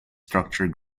structure